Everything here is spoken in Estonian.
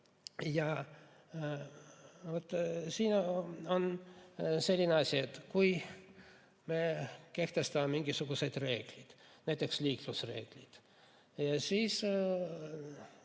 Siin on selline asi, et kui me kehtestame mingisugused reeglid, näiteks liiklusreeglid, siis